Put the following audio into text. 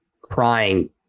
crying